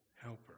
helper